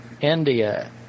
India